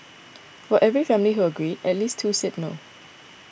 for every family who agreed at least two said no